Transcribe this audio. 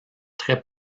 très